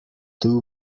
two